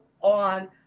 on